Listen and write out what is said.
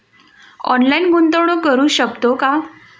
Online गुंतवणूक करू शकतो का?